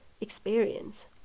experience